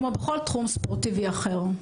כמו בכל תחום ספורטיבי אחר.